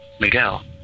Miguel